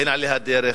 אין עליה דרך,